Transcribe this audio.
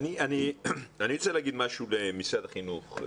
אני רוצה להגיד משהו למשרד החינוך.